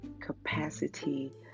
capacity